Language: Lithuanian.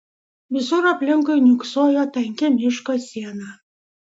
visur aplinkui niūksojo tanki miško siena